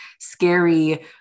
scary